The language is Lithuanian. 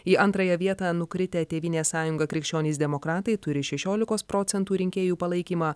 į antrąją vietą nukritę tėvynės sąjunga krikščionys demokratai turi šešiolikos procentų rinkėjų palaikymą